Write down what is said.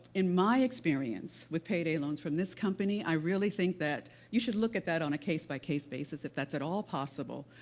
in my experience with payday loans from this company, i really think that you should look at that on a case-by-case basis, if that's at all possible,